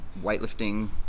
weightlifting